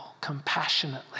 compassionately